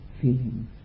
feelings